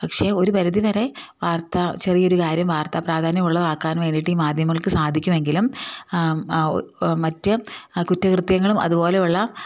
പക്ഷെ ഒരു പരിധി വരെ വാർത്ത ചെറിയ ഒരു കാര്യം വാർത്താ പ്രാധാന്യമള്ളതാക്കാൻ വേണ്ടിയിട്ട് ഈ മാധ്യമങ്ങൾക്ക് സാധിക്കുമെങ്കിലും മറ്റു കുറ്റകൃത്യങ്ങളും അതുപോലെയുള്ള